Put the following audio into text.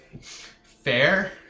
Fair